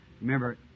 Remember